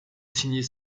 signer